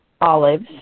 olives